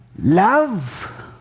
Love